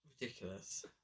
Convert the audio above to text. Ridiculous